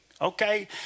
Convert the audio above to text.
okay